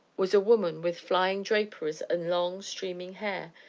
was a woman with flying draperies and long, streaming hair,